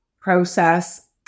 process